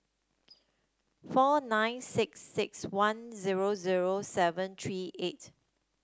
four nine six six one zero zero seven three eight